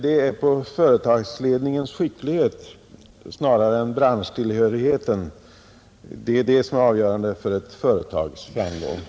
Det är företagsledningens skicklighet snarare än branschtillhörigheten som är avgörande för ett företags framgång.